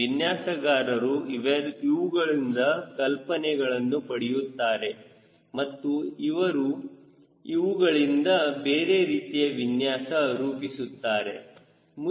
ವಿನ್ಯಾಸಗಾರರು ಇವುಗಳಿಂದ ಕಲ್ಪನೆಗಳನ್ನು ಪಡೆಯುತ್ತಾನೆ ಮತ್ತು ಅವನು ಇವುಗಳಿಂದ ಬೇರೆ ರೀತಿಯ ವಿನ್ಯಾಸ ರೂಪಿಸುತ್ತಾನೆ